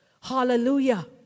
Hallelujah